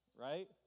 right